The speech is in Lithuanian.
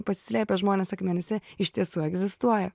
pasislėpę žmonės akmenyse iš tiesų egzistuoja